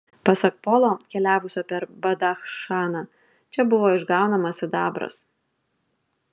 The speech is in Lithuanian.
pasak polo keliavusio per badachšaną čia buvo išgaunamas sidabras